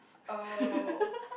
oh